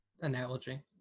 analogy